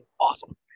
awesome